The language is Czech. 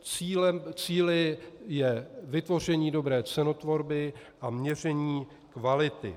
Cílem, cíli je vytvoření dobré cenotvorby a měření kvality.